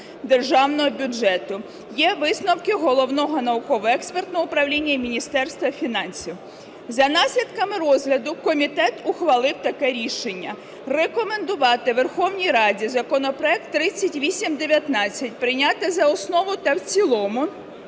державного бюджету. Є висновки Головного науково-експертного управління і Міністерства фінансів. За наслідками розгляду комітет ухвалив таке рішення. Рекомендувати Верховній Раді законопроект 3819 прийняти за основу та в цілому